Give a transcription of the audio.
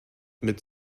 mit